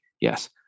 yes